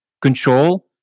control